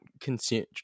consume